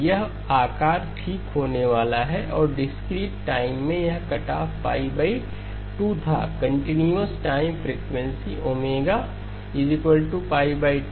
यह आकार ठीक होने वाला है और डिस्क्रीट टाइम में यह कटऑफ 2 थाकंटीन्यूअस टाइम फ्रीक्वेंसी Ω2 थी